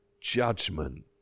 judgment